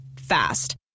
Fast